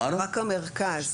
רק המרכז.